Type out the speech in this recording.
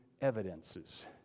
evidences